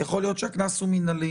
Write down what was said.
יכול להיות שהקנס הוא מינהלי.